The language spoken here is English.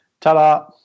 ta-da